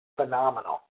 phenomenal